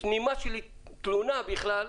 נימה של תלונה בכלל,